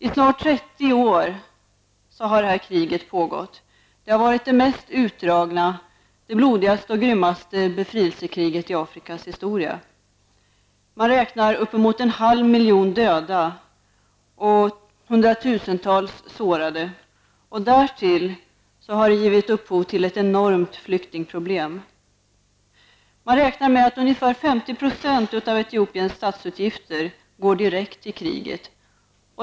I snart 30 år har det pågått. Det har varit det mest utdragna, det blodigaste och grymmaste befrielsekriget i Afrikas historia. Man räknar med uppemot en halv miljon döda och hundratusentals sårade. Därtill kommer att kriget har givit upphov till ett enormt flyktingproblem. Man räknar med att ungefär 50 % av Etiopiens statsutgifter går direkt till kriget.